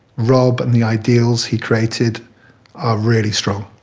rob and the ideals he created are really strong.